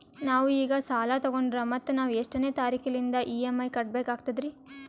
ನಾವು ಈಗ ಸಾಲ ತೊಗೊಂಡ್ರ ಮತ್ತ ನಾವು ಎಷ್ಟನೆ ತಾರೀಖಿಲಿಂದ ಇ.ಎಂ.ಐ ಕಟ್ಬಕಾಗ್ತದ್ರೀ?